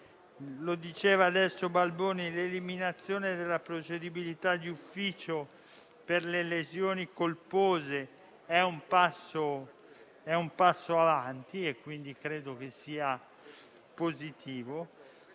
il senatore Balboni, l'eliminazione della procedibilità d'ufficio per le lesioni colpose è un passo in avanti, che credo sia positivo.